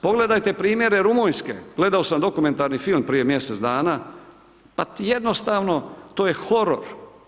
Pogledajte primjere Rumunjske, gledao sam dokumentarni film prije mjesec dana, pa jednostavno to je horor.